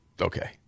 Okay